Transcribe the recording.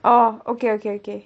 oh okay okay okay